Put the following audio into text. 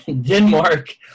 Denmark